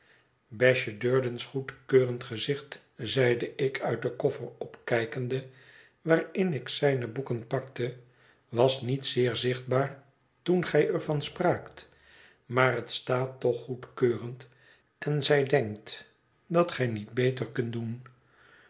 besje durden's goedkeurend gezicht zeide ik uit den koffer opkijkende waarin ik zijne boeken pakte was niet zeer zichtbaar toen gij er van spraakt maar hot staat toch goedkeurend en zij denkt dat gij niet beter kunt doen